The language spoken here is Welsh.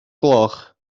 gloch